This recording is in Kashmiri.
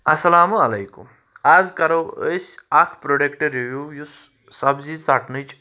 اَلسَلامُ علیکُم آز کَرو أسۍ اَکھ پرٛوڈَکٹہٕ رِوِو یُس سبزی ژَٹنٕچ